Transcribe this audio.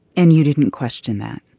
and you didn't question that